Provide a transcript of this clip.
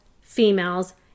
females